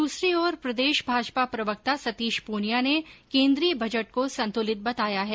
दूसरी ओर प्रदेष भाजपा प्रवक्ता सतीष प्रनिया ने केन्द्रीय बजट को संतुलित बताया है